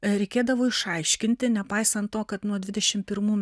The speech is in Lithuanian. reikėdavo išaiškinti nepaisant to kad nuo dvidešim pirmų